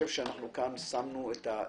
כאן שמנו את הדגשים.